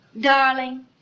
darling